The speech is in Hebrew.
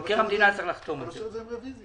מבקר המדינה צריך לחתום על הרשימה.